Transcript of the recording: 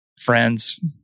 friends